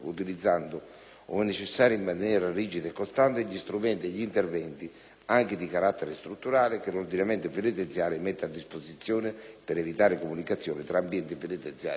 necessario in maniera rigida e costante, gli strumenti e gli interventi, anche di carattere strutturale, che l'ordinamento penitenziario mette a disposizione per evitare comunicazioni tra ambienti penitenziari diversi.